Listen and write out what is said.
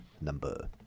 number